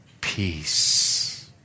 peace